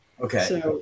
Okay